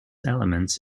elements